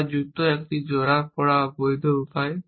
তারা জুতা একটি জোড়া পরা বৈধ উপায়